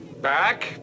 Back